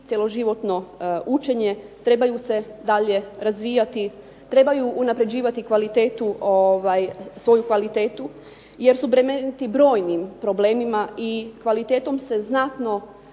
cjeloživotno učenje trebaju se dalje razvijati, trebaju unapređivati svoju kvalitetu jer su bremeniti brojnim problemima i kvalitetom su znatno